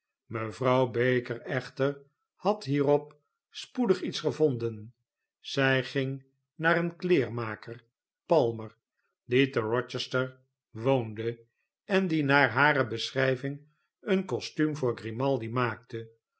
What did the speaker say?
mevrouw baker echter had hierop spoedig iets gevonden zij ging naar een kleermaker palmer die te rochester woonde en die naar hare beschrijving een kostuum voorgrimaldi maakte